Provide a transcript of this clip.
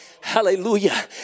hallelujah